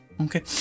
Okay